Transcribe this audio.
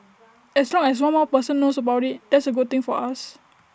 as long as one more person knows about IT that's A good thing for us